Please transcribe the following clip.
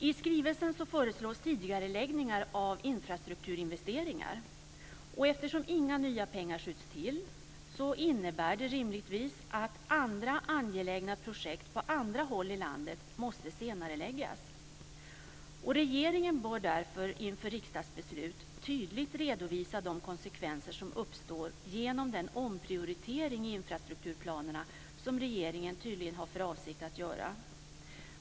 I skrivelsen föreslås tidigareläggningar av infrastrukturinvesteringar. Eftersom inga nya pengar skjuts till innebär det rimligtvis att andra angelägna projekt på andra håll i landet måste senareläggas. Regeringen bör därför inför riksdagsbeslut tydligt redovisa de konsekvenser som uppstår genom den omprioritering i infrastrukturplanerna som regeringen tydligen har för avsikt att göra.